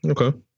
Okay